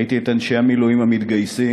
ראיתי את אנשי המילואים המתגייסים,